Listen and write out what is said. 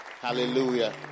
Hallelujah